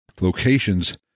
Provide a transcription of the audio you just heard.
locations